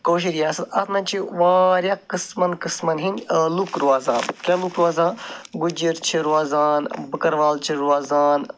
کٲشٕر رِیاست اَتھ منٛز چھِ واریاہ قٕسمَن قٕسمَن ہِنٛدۍ لُکھ روزان کیٛاہ لُکھ روزان گُجِرۍ چھِ روزان بٔکٕروال چھِ روزان